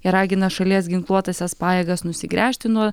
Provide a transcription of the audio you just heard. ir ragina šalies ginkluotąsias pajėgas nusigręžti nuo